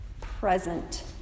Present